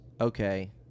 okay